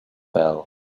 fell